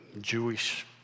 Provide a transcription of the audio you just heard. Jewish